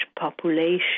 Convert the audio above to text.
population